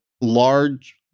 large